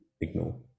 ignore